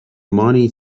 money